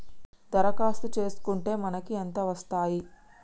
దరఖాస్తు చేస్కుంటే మనకి ఎంత వస్తాయి?